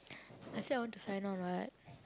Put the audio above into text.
I say I want to sign on [what]